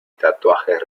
tatuajes